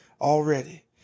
already